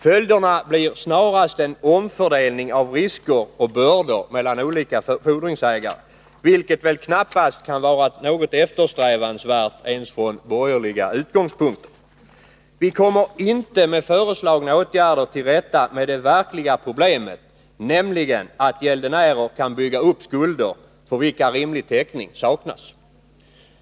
Följderna blir snarast en omfördelning av risker och bördor mellan olika fordringsägare, vilket väl knappast kan vara något eftersträvansvärt ens från borgerliga utgångspunkter. Vi kommer inte med föreslagna åtgärder till rätta med det verkliga problemet, nämligen att gäldenärer kan bygga upp skulder för vilka rimlig täckning saknas.